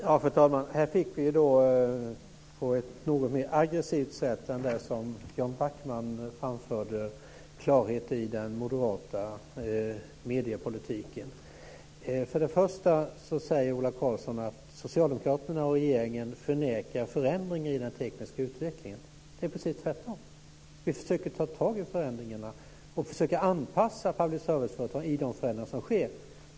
Fru talman! Här fick vi på ett något mer aggressivt sätt än från Jan Backman klarhet i den moderata mediepolitiken. Först och främst säger Ola Karlsson att socialdemokraterna och regeringen förnekar förändring i den tekniska utvecklingen. Det är precis tvärtom. Vi försöker ta tag i förändringarna och försöker anpassa public service-företagen till de förändringar som sker.